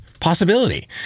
possibility